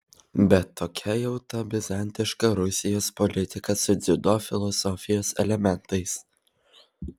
bet tokia jau ta bizantiška rusijos politika su dziudo filosofijos elementais